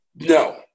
No